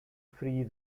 free